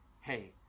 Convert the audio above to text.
hey